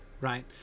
right